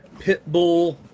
pitbull